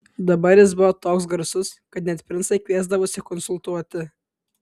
dabar jis buvo toks garsus kad net princai kviesdavosi konsultuoti